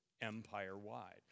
empire-wide